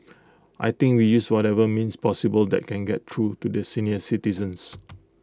I think we use whatever means possible that can get through to the senior citizens